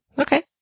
Okay